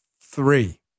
three